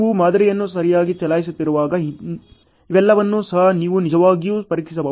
ನೀವು ಮಾದರಿಯನ್ನು ಸರಿಯಾಗಿ ಚಲಾಯಿಸುತ್ತಿರುವಾಗ ಇವೆಲ್ಲವನ್ನೂ ಸಹ ನೀವು ನಿಜವಾಗಿಯೂ ಪರೀಕ್ಷಿಸಬಹುದು